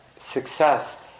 success